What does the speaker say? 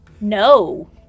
No